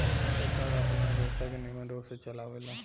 सरकार आपन अर्थव्यवस्था के निमन रूप से चलावेला